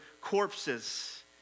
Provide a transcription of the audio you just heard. corpses